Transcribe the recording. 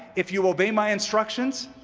if you obey my instructions,